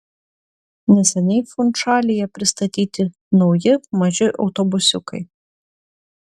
neseniai funšalyje pristatyti nauji maži autobusiukai